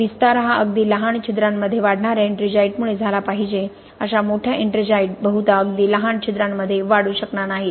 विस्तार हा अगदी लहान छिद्रांमध्ये वाढणाऱ्या एट्रिंजाईटमुळे झाला पाहिजे अशा मोठ्या एट्रिंजाइट बहुधा अगदी लहान छिद्रांमध्ये वाढू शकणार नाहीत